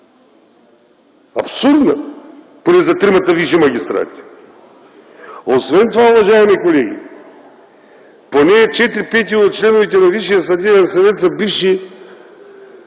Абсурдна, поне за тримата висши магистрати. Освен това, уважаеми колеги, поне 4/5 от членовете на Висшия съдебен съвет са били